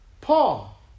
Paul